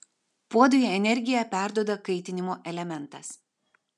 puodui energiją perduoda kaitinimo elementas